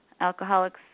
alcoholics